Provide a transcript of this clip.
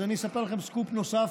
אז אספר לכם סקופ נוסף,